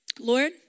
Lord